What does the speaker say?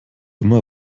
immer